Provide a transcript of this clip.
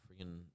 freaking